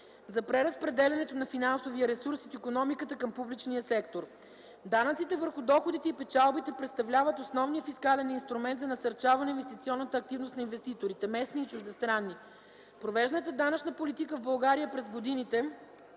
за преразпределянето на финансов ресурс от икономиката към публичния сектор. Данъците върху доходите и печалбите представляват основният фискален инструмент за насърчаване инвестиционната активност на инвеститорите – местни и чуждестранни. Провежданата данъчна политика в България през годините